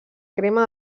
crema